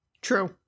true